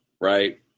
right